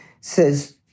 Says